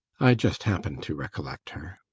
i just happened to recollect her.